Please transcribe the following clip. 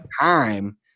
time